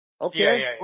Okay